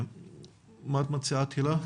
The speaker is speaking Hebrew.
מה את מציעה תהלה?